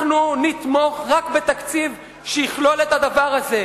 אנחנו נתמוך רק בתקציב שיכלול את הדבר הזה.